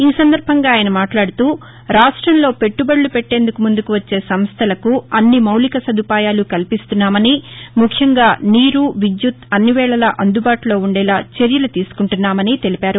ఈ సందర్బంగా ఆయన మాట్లాడుతూ రాష్ట్రంలో పెట్లబడులు పెట్టేందుకు ముందుకు వచ్చే సంస్థలకు అన్ని మౌలిక సదుపాయాలు కల్పిస్తున్నామని ముఖ్యంగా నీరు విద్యుత్ అన్నివేళలా అందుబాటులో ఉండేలా చర్యలు తీసుకుంటున్నామని తెలిపారు